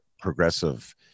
progressive